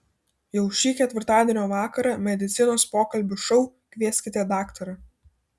jau šį ketvirtadienio vakarą medicinos pokalbių šou kvieskite daktarą